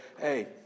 hey